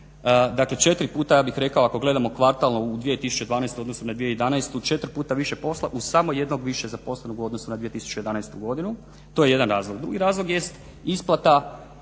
Dakle, 4 puta ja bih rekao ako gledamo kvartalno u 2012. u odnosu na 2011., četiri puta više posla uz samo jednog više zaposlenog u odnosu na 2011. godinu. To je jedan razlog. Drugi razlog jest isplata